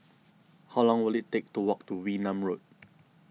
how long will it take to walk to Wee Nam Road